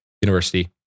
university